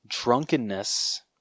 drunkenness